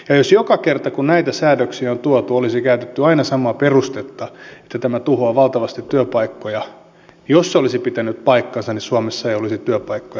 jos joka kerta kun näitä säädöksiä on tuotu olisi käytetty aina samaa perustetta että tämä tuhoaa valtavasti työpaikkoja ja jos se olisi pitänyt paikkansa niin suomessa ei olisi työpaikkoja yhtään